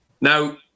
Now